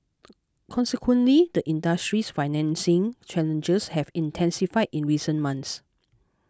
consequently the industry's financing challenges have intensified in recent months